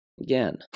again